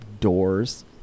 doors